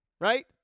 Right